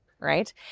Right